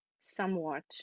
somewhat